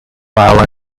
while